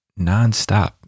nonstop